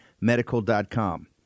medical.com